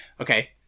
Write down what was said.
okay